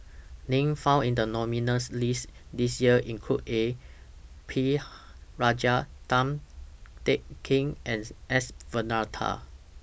Names found in The nominees' list This Year include A P Rajah Tan Teng Kee and S Varathan